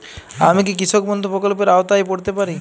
আমি কি কৃষক বন্ধু প্রকল্পের আওতায় পড়তে পারি?